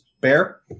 Bear